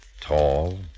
Tall